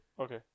Okay